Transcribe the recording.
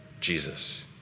Jesus